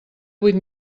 vuit